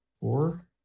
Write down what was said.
four